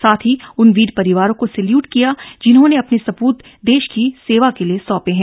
साथ ही उन वीर परिवारों को सैल्यूट किया जिन्होंने अपने सपूत देश की सेवा के लिए सौंपे हैं